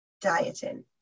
dieting